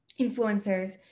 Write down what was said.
influencers